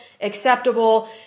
acceptable